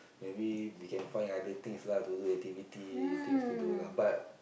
maybe we can find other things lah to do activity things to do lah but